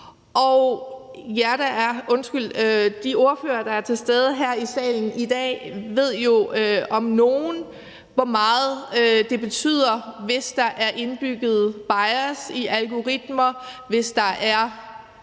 og de ordførere, der er til stede her i salen dag, ved jo om nogen, hvor meget det betyder, hvis der er indbygget bias i algoritmer, og hvis de er